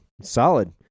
Solid